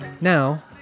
Now